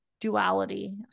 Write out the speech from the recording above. duality